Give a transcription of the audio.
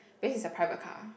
base is a private car